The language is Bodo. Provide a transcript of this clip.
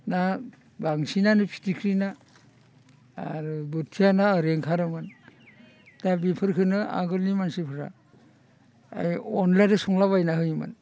दा बांसिनानो फिथिख्रि ना आरो बोथिया ना ओरै ओंखारोमोन दा बेफोरखौनो आगोलनि मानसिफोरा आरो अनलाजों संलाबायना होयोमोन